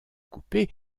coupé